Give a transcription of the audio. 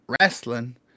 wrestling